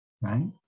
right